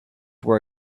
were